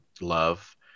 love